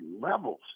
levels